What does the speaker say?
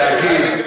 אז אני רוצה,